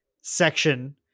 section